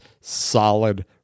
solid